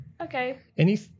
okay